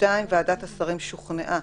(ב)ועדת השרים שוכנעה,